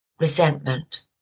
Resentment